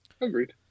Agreed